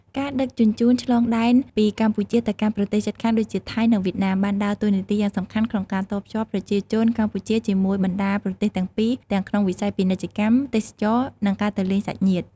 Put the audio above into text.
ការដឹកជញ្ជូនឆ្លងដែនពីកម្ពុជាទៅកាន់ប្រទេសជិតខាងដូចជាថៃ និងវៀតណាមបានដើរតួនាទីយ៉ាងសំខាន់ក្នុងការតភ្ជាប់ប្រជាជនកម្ពុជាជាមួយបណ្តាប្រទេសទាំងពីរទាំងក្នុងវិស័យពាណិជ្ជកម្ម ទេសចរណ៍ និងការទៅលេងសាច់ញាតិ។